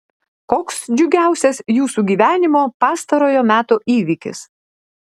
koks džiugiausias jūsų gyvenimo pastarojo meto įvykis